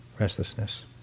Restlessness